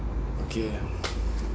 okay ah